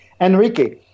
Enrique